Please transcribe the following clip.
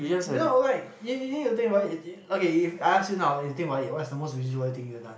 you know like you need to think about okay if I ask you now you think about it what's the most busybody thing have you done